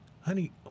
honey